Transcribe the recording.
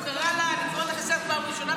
הוא קרא: אני קורא אותך לסדר פעם ראשונה,